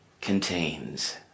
contains